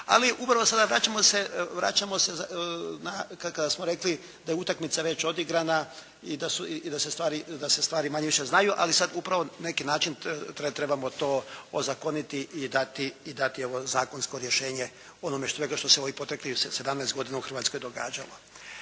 Ali upravo sada vraćamo se kad smo rekli da je utakmica već odigrana i da se stvari manje-više znaju, ali sad upravo neki način trebamo to ozakoniti i dati ovo zakonsko rješenje onome svega što se u ovih proteklih 17 godina u Hrvatskoj događalo.